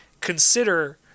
consider